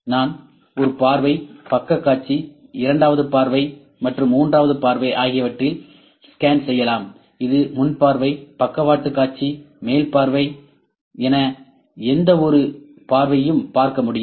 நான் ஒரு பார்வை பக்கக் காட்சி இரண்டாவது பார்வை மற்றும் மூன்றாவது பார்வை ஆகியவற்றை ஸ்கேன் செய்யலாம் இது முன் பார்வை பக்கவாட்டுக் காட்சி மேல் பார்வை என எந்தவொரு பார்வையும் பார்க்க முடியும்